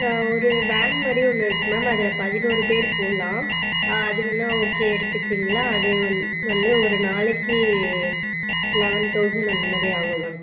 ஆ ஒரு வேன் மாதிரி ஒன்று இருக்குது மேம் அதில் பதினோரு பேர் போகலாம் ஆ அது வேணால் ஓகே எடுத்துக்கிறீங்களா அது வந் வந்து ஒரு நாளைக்கு லெவன் தௌசண்ட் அந்தமாதிரி ஆகும் மேம்